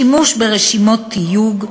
שימוש ברשימות תיוג,